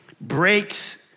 breaks